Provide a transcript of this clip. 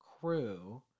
crew